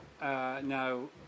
now